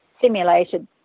simulated